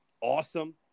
awesome